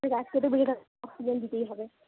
গাছকে তো বেঁচে থাকতে গেলে অক্সিজেন দিতেই হবে